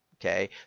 okay